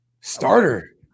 Starter